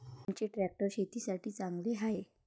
कोनचे ट्रॅक्टर शेतीसाठी चांगले हाये?